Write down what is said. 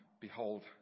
Behold